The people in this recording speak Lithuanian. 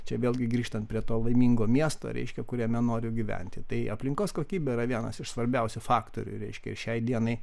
čia vėlgi grįžtant prie to laimingo miesto reiškia kuriame noriu gyventi tai aplinkos kokybė yra vienas iš svarbiausių faktorių reiškia ir šiai dienai